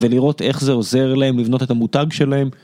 ולראות איך זה עוזר להם לבנות את המותג שלהם.